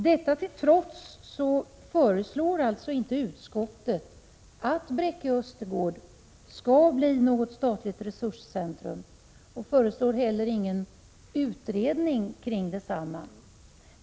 Detta till trots föreslår inte utskottet att Bräcke Östergård skall bli något statligt resurscentrum. Utskottet föreslår inte heller någon utredning kring Bräcke Östergård.